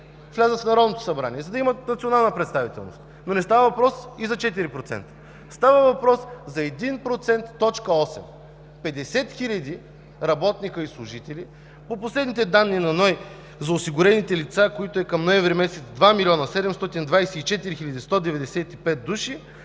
влязат в Народното събрание, за да имат национална представителност. Но не става въпрос и за 4%. Става въпрос за 1.8% – 50 хиляди работници и служители. По последните данни на НОИ за осигурените лица, които към месец ноември са 2 млн. 724 хил. 195 души,